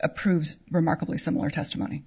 approves remarkably similar testimony